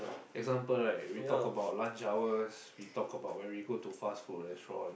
example right we talk about lunch hours we talk about when we go to fast food restaurant